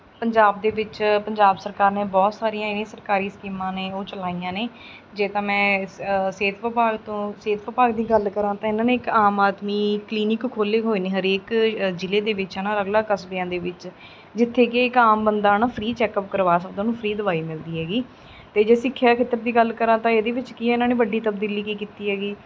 ਪੰਜਾਬ ਦੇ ਵਿੱਚ ਪੰਜਾਬ ਸਰਕਾਰ ਨੇ ਬਹੁਤ ਸਾਰੀਆਂ ਜਿਹੜੀਆਂ ਸਰਕਾਰੀ ਸਕੀਮਾਂ ਨੇ ਉਹ ਚਲਾਈਆ ਨੇ ਜੇ ਤਾਂ ਮੈਂ ਸ ਸਿਹਤ ਵਿਭਾਗ ਤੋਂ ਸਿਹਤ ਵਿਭਾਗ ਦੀ ਗੱਲ ਕਰਾਂ ਤਾਂ ਇਹਨਾਂ ਨੇ ਇੱਕ ਆਮ ਆਦਮੀ ਕਲੀਨਿਕ ਖੋਲ੍ਹੇ ਹੋਏ ਨੇ ਹਰੇਕ ਜ਼ਿਲ੍ਹੇ ਦੇ ਵਿੱਚ ਹੈ ਨਾ ਅਲੱਗ ਅਲੱਗ ਕਸਬਿਆਂ ਦੇ ਵਿੱਚ ਜਿੱਥੇ ਕਿ ਇੱਕ ਆਮ ਬੰਦਾ ਆ ਨਾ ਫਰੀ ਚੈਕਅੱਪ ਕਰਵਾ ਸਕਦਾ ਉਹਨੂੰ ਫਰੀ ਦਵਾਈ ਮਿਲਦੀ ਹੈਗੀ ਅਤੇ ਜੇ ਸਿਖਿਆ ਖੇਤਰ ਦੀ ਗੱਲ ਕਰਾਂ ਤਾਂ ਇਹਦੇ ਵਿੱਚ ਕੀ ਆ ਇਹਨਾਂ ਨੇ ਵੱਡੀ ਤਬਦੀਲੀ ਕੀ ਕੀਤੀ ਹੈਗੀ